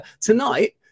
tonight